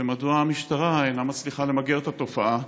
2. מדוע המשטרה אינה מצליחה למגר את התופעה?